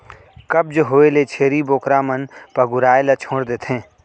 कब्ज होए ले छेरी बोकरा मन पगुराए ल छोड़ देथे